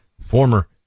former